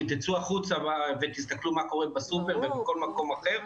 צאו החוצה ותראו מה קורה בסופר או בכל מקום אחר,